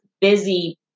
busy